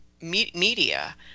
media